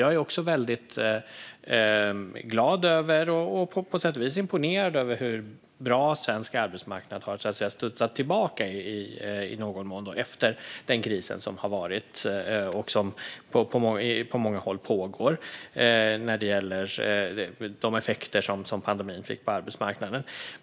Jag är också väldigt glad och på sätt och vis imponerad över hur bra svensk arbetsmarknad, så att säga, har studsat tillbaka efter den kris som har varit och som på många håll pågår. Det gäller de effekter som pandemin fick på arbetsmarknaden.